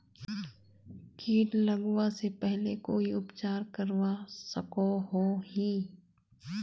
किट लगवा से पहले कोई उपचार करवा सकोहो ही?